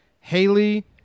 Haley